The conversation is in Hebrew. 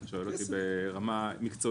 אתה שואל אותי ברמה המקצועית?